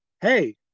Hey